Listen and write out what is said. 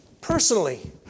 personally